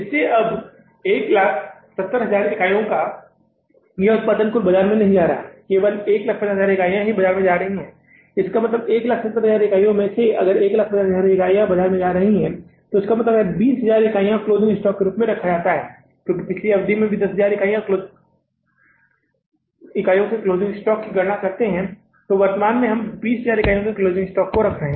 इससे अब 170000 इकाइयों का यह उत्पादन कुल बाजार में नहीं जा रहा है केवल 150000 इकाइयां बाजार में जा रही हैं इसलिए इसका मतलब 170000 इकाइयों में से है अगर 150000 इकाइयां बाजार में जा रही हैं तो इसका मतलब है इस 20000 यूनिट्स को क्लोजिंग स्टॉक के रूप में रखा जाता है क्योंकि पिछली अवधि में हम 10000 इकाइयों के क्लोजिंग स्टॉक की गणना करते हैं वर्तमान अवधि में हम 20000 इकाइयों के क्लोजिंग स्टॉक को रख रहे हैं